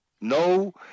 No